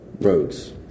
roads